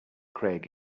craig